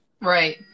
right